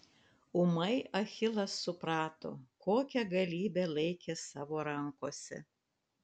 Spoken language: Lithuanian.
ūmai achilas suprato kokią galybę laikė savo rankose